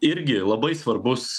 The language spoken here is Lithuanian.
irgi labai svarbus